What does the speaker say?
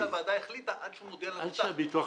שהוועדה החליטה עד שהוא מודיע למבוטח,